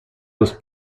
los